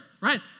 right